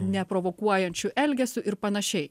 neprovokuojančiu elgesiu ir panašiai